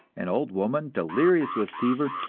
an old woman, delirious with fever,